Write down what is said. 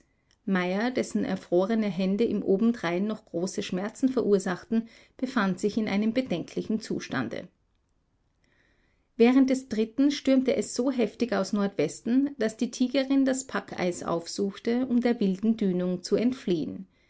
meyer dessen erfrorene hände ihm obendrein noch große schmerzen verursachten befand sich in einem bedenklichen zustande während des dritten stürmte es so heftig aus nordwesten daß die tigerin das packeis aufsuchte um der wilden dünung zu entfliehen